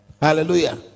Hallelujah